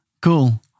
Cool